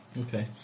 Okay